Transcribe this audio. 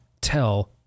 tell